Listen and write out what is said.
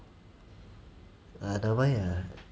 err they why err